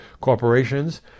corporations